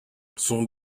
son